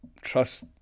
trust